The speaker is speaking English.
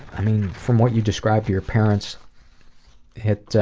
i mean, from what you describe, your parents had,